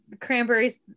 Cranberries